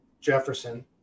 Jefferson